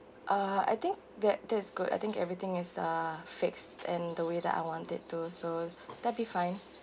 uh I think that that's good I think everything is uh fixed and the way that I wanted to so that'll be fine